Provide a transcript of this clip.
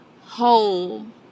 home